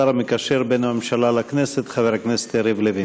השר המקשר בין הממשלה לכנסת חבר הכנסת יריב לוין.